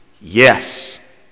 Yes